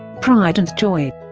pride and joy!